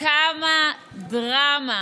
כמה דרמה.